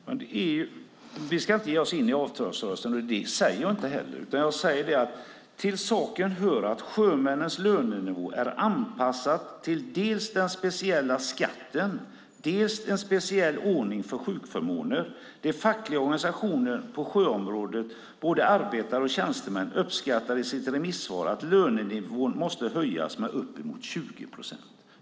Fru talman! Vi ska inte ge oss in i avtalsrörelsen. Det säger jag inte heller. Men till saken hör att sjömännens lönenivå är anpassad dels till den speciella skatten, dels till en speciell ordning för sjukförmåner. De fackliga organisationerna på sjöområdet, både arbetare och tjänstemän, uppskattar i sitt remissvar att lönenivån måste höjas med uppemot 20 procent.